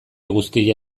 guztia